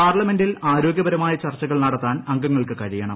പാർലമെന്റിൽ ആരോഗൃപരമായ ചർച്ചകൾ നടത്താൻ അംഗങ്ങൾക്ക് കഴിയണം